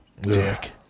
Dick